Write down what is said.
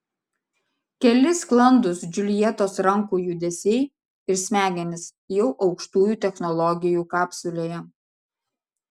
keli sklandūs džiuljetos rankų judesiai ir smegenys jau aukštųjų technologijų kapsulėje